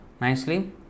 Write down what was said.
nicely